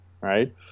Right